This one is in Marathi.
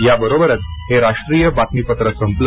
या बरोबरच हे राष्ट्रीय बातमीपत्र संपलं